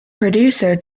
producer